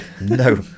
no